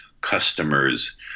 customers